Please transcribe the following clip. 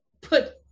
put